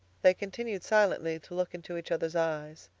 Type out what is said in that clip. they continued silently to look into each other's eyes.